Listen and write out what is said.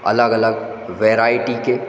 अलग अलग वेराइटी के